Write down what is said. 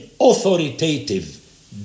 authoritative